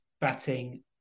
batting